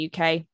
UK